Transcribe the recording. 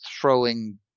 throwing